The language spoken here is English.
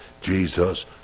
Jesus